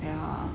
yeah